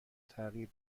تغییر